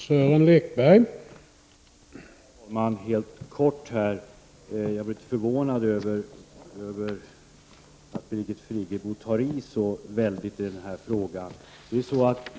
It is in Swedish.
Herr talman! Jag blir litet förvånad över att Birgit Friggebo tar i så väldigt i den här frågan.